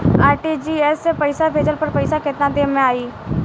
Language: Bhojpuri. आर.टी.जी.एस से पईसा भेजला पर पईसा केतना देर म जाई?